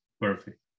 perfect